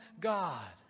God